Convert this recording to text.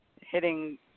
hitting